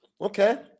Okay